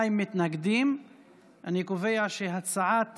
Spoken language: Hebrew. אני קובע שהצעת